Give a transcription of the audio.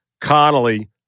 Connolly